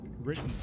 written